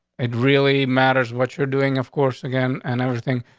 it really matters what you're doing, of course again and everything.